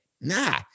Nah